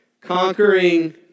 Conquering